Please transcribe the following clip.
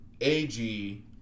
AG